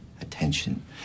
attention